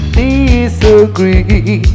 disagree